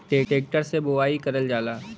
tractor से बोवाई करल जाला